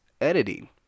editing